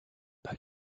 pas